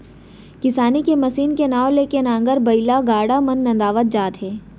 किसानी के मसीन के नांव ले के नांगर, बइला, गाड़ा मन नंदावत जात हे